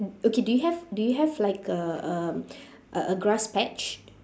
okay do you have do you have like a um a a grass patch